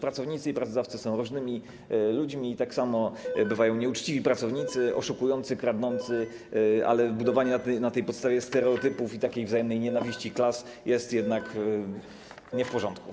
Pracownicy i pracodawcy są różni, są różnymi ludźmi i tak samo bywają nieuczciwi pracownicy, oszukujący, kradnący, ale budowanie na tej podstawie stereotypów i wzajemnej nienawiści klas jest jednak nie w porządku.